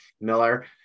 Miller